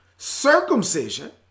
circumcision